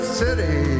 city